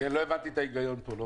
כן, לא הבנתי את ההיגיון פה.